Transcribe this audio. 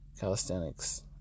calisthenics